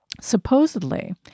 Supposedly